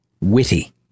witty